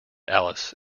alice